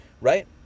right